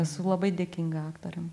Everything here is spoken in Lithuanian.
esu labai dėkinga aktoriam